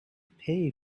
pay